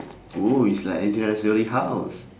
oh it's like angelina jolie house